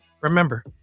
Remember